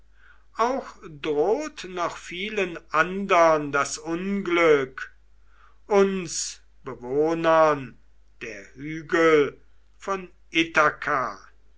auch droht noch vielen andern das unglück uns bewohnern der hügel von